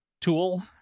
tool